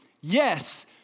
Yes